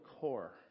core